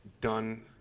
done